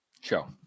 show